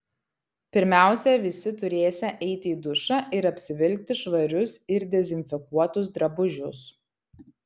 pirmiausia visi turėsią eiti į dušą ir apsivilkti švarius ir dezinfekuotus drabužius